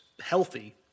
healthy